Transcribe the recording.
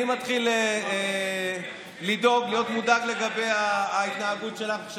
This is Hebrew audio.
אני מתחיל לדאוג, להיות מודאג לגבי ההתנהגות שלך.